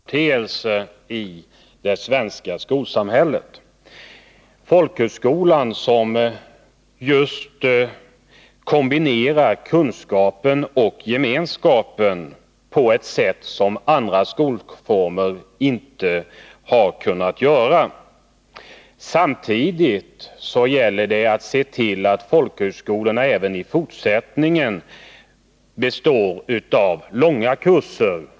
Fru talman! När vi i dag behandlar folkhögskolorna må vi i det sammanhanget säga att folkhögskolan är en unik företeelse i det svenska skolsamhället, därför att just folkhögskolan kombinerar kunskap och gemenskap som andra skolformer inte har kunnat göra. Samtidigt gäller det att se till att verksamheten vid folkhögskolorna även i fortsättningen består av långa kurser.